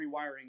rewiring